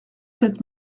sept